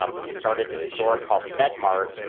um who started this store called fed mart,